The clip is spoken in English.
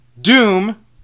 Doom